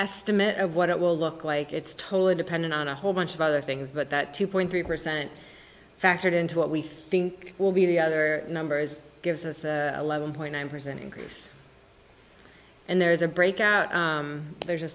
estimate of what it will look like it's totally dependent on a whole bunch of other things but that two point three percent factored into what we think will be the numbers gives us a point nine percent increase and there is a breakout there's a